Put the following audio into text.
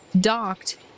docked